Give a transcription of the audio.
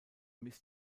misst